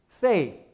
faith